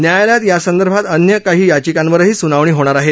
न्यायालयात यासंदर्भात अन्य काही याचिकांवरही सुनावणी होणार आहे